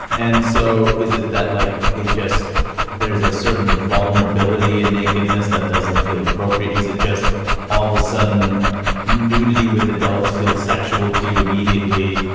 and so is it that like it just there's a certain vulnerability and nakedness that doesn't feel appropriate? is it just all the sudden nudity with adults feels sexual to you immediately?